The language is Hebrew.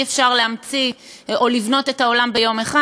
אי-אפשר לבנות את העולם ביום אחד.